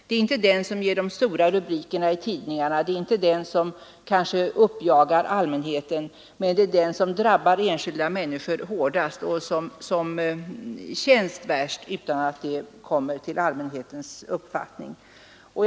Det är inte den som ger de stora rubrikerna i tidningarna och som jagar upp allmänheten, men det är den som drabbar enskilda människor hårdast och som känns värst, även om den inte kommer till allmänhetens kännedom.